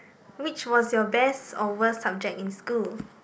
which was your best or worst subject in school